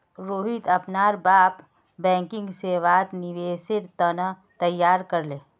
रोहित अपनार बापक बैंकिंग सेवात निवेशेर त न तैयार कर ले